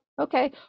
okay